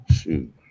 Shoot